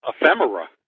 ephemera